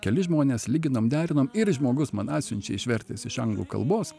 kelis žmones lyginom derinom ir žmogus man atsiunčia išvertęs iš anglų kalbos